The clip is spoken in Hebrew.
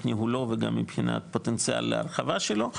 ניהולו וגם מבחינת פוטנציאל ההרחבה שלו,